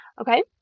Okay